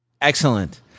Excellent